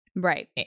Right